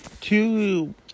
two